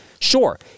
Sure